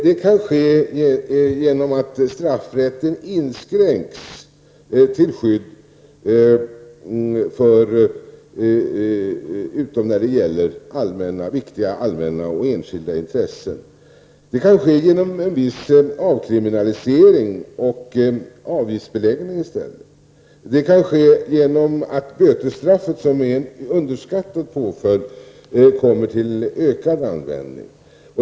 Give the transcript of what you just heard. Det kan ske genom att straffrätten inskränks utom när det gäller viktiga allmänna och enskilda intressen. Det kan ske genom en viss avkriminalisering och avgiftsbeläggning i stället. Det kan ske genom att bötesstraffet, som är en underskattat påföljd, kommer till ökad användning.